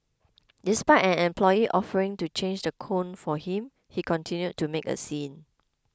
despite an employee offering to change the cone for him he continued to make a scene